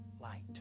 light